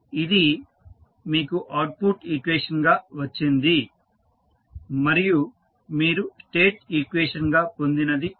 ఇది మీకు output equation గా వచ్చింది మరియు మీరు స్టేట్ ఈక్వేషన్ గా పొందినది ఇది